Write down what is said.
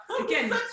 again